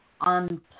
on